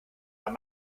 aber